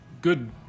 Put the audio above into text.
good